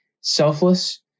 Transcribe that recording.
selfless